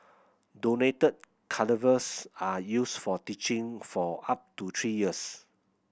donated cadavers are used for teaching for up to three years